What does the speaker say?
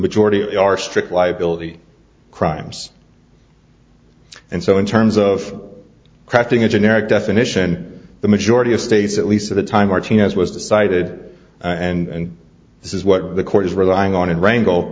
majority are strict liability crimes and so in terms of crafting a generic definition the majority of states at least at the time martinez was decided and this is what the court is relying on and wra